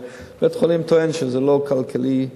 בית-החולים טוען שזה לא כלכלי.